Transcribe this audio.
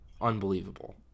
Unbelievable